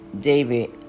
David